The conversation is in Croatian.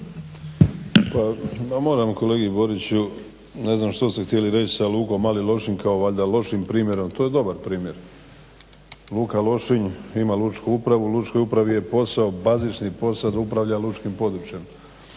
Moram kolegi Boriću, ne znam što ste htjeli reć sa lukom Mali Lošinj kao valjda lošim primjerom, to je dobar primjer. Luka Lošinj ima lučku upravu, lučkoj upravi je posao, bazični posao da upravlja lučkim područjem